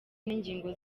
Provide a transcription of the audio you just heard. n’ingingo